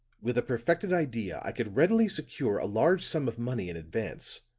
with a perfected idea i could readily secure a large sum of money in advance.